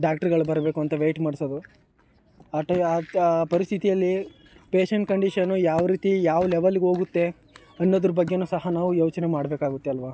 ಡಾಕ್ಟ್ರಗಳು ಬರಬೇಕು ಅಂತ ವೇಯ್ಟ್ ಮಾಡಿಸೋದು ಆ ಟ ಆ ಆ ಪರಿಸ್ಥಿತಿಯಲ್ಲಿ ಪೇಶೆಂಟ್ ಕಂಡೀಷನ್ನು ಯಾವ ರೀತಿ ಯಾವ ಲೆವಲ್ಗೆ ಹೋಗುತ್ತೆ ಅನ್ನೋದ್ರ ಬಗ್ಗೆಯೂ ಸಹ ನಾವು ಯೋಚನೆ ಮಾಡಬೇಕಾಗುತ್ತೆ ಅಲ್ವ